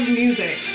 music